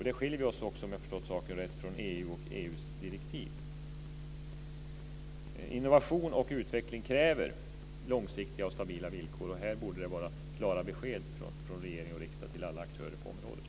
Där skiljer vi oss, om jag har förstått saken rätt, från EU och EU:s direktiv. Innovation och utveckling kräver långsiktiga och stabila villkor. Här borde det vara klara besked från regering och riksdag till alla aktörer på området.